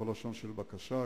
בכל לשון של בקשה,